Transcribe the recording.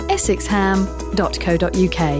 Essexham.co.uk